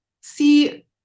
see